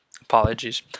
apologies